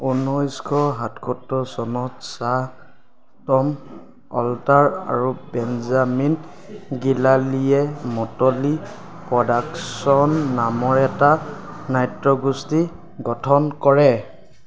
ঊনৈছশ সাতসত্তৰ চনত শ্বাহ টম অল্টাৰ আৰু বেঞ্জামিন গিলানীয়ে মটলী প্ৰডাকচন নামৰ এটা নাট্যগোষ্ঠী গঠন কৰে